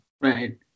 right